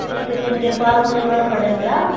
இது கொஞ்சம் பாரம்பரியான கடைங்களா